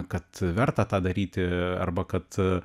kad verta tą daryti arba kad